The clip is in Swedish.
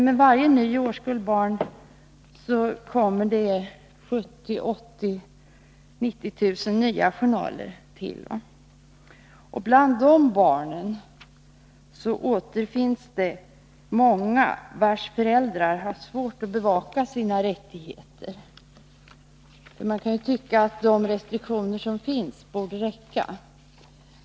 Med varje årskull barn tillkommer 70 000-90 000 nya journaler, och bland barnen finns det många vilkas föräldrar har svårt att bevaka sina rättigheter. Man kan tycka att de restriktioner som finns borde räcka.